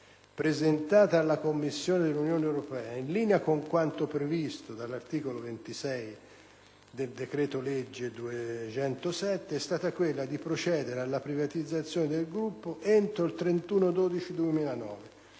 presentata alla Commissione dell'Unione europea, in linea con quanto previsto dall'articolo 26 del decreto-legge n. 207, è stata quella di procedere alla privatizzazione del gruppo entro il 31